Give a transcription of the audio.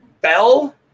bell